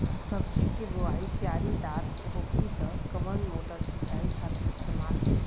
सब्जी के बोवाई क्यारी दार होखि त कवन मोटर सिंचाई खातिर इस्तेमाल होई?